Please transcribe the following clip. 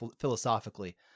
philosophically